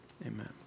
Amen